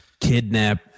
kidnap